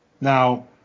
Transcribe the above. now